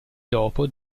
dopo